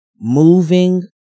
Moving